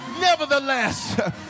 nevertheless